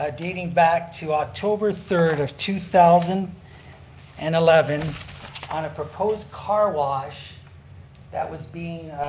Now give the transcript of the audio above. ah dating back to october third of two thousand and eleven on a proposed car wash that was being,